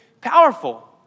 powerful